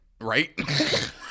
right